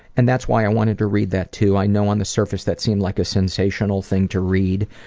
and that's why i wanted to read that, too. i know on the surface that seemed like a sensational thing to read,